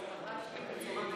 לא השאירו דבר שלא התייחסו אליו.